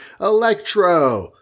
Electro